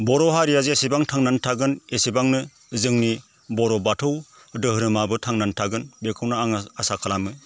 बर' हारिया जेसेबां थांनानै थागोन एसेबांनो जोंनि बर' बाथौ धोरोमाबो थांनानै थागोन बेखौनो आङो आसा खालामो